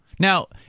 Now